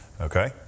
Okay